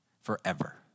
forever